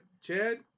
Chad